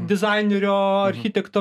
dizainerio architekto